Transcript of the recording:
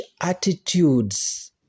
attitudes